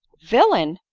villain!